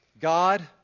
God